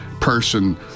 person